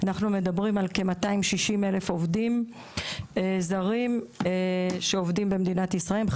אנחנו מדברים על כ-260,000 עובדים זרים שעובדים במדינת ישראל.